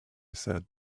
said